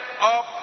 up